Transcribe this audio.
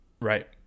Right